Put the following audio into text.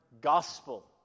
gospel